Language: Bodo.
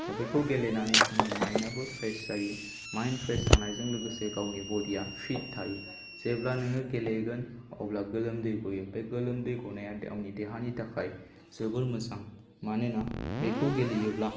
दा बेखौ गेलेनानै आंनि माइनआबो फ्रेस जायो माइन फ्रेस जानायजों लोगोसे गावनि बडिया फिट थायो जेब्ला नोङो गेलेगोन अब्ला गोलोमदै गयो बे गोलोमदै गनाया गावनि देहानि थाखाय जोबोर मोजां मानोना बेखौ गेलेयोब्ला